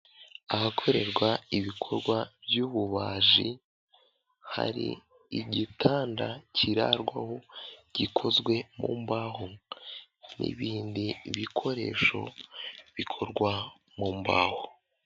Ahakorerwa ibikorwa by'ububaji hari igitanda kirarwamo gikozwe mu mbaho n'ibindi bikoresho bikorwa mu mbaho.